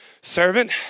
Servant